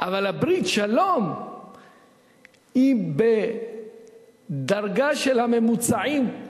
אבל ברית השלום היא בדרגה של הממוצעים.